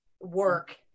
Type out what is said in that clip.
work